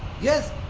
yes